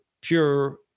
pure